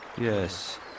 Yes